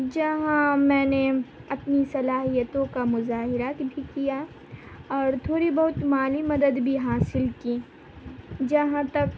جہاں میں نے اپنی صلاحیتوں کا مظاہرات بھی کیا اور تھوڑی بہت مالی مدد بھی حاصل کی جہاں تک